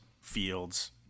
Fields